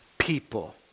people